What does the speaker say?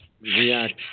react